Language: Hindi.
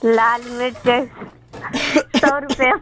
लाल मिर्च सौ रुपया